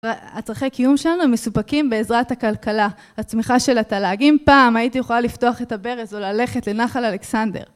הצרכי קיום שלנו, הם מסופקים בעזרת הכלכלה, הצמיחה של התהל"ג. אם פעם הייתי יכולה לפתוח את הברז או ללכת לנחל אלכסנדר.